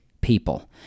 people